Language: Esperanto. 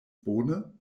bone